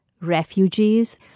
refugees